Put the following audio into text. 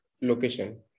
location